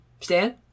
Stan